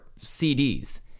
CDs